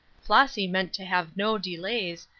flossy meant to have no delays,